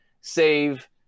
save